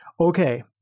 Okay